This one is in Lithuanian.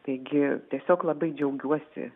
taigi tiesiog labai džiaugiuosi